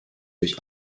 durch